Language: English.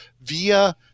via